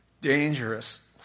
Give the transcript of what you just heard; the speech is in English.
dangerous